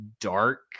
dark